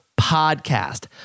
podcast